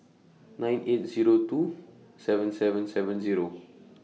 nine eight Zero two seven seven seven Zero